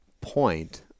point